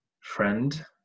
friend